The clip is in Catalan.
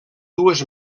dues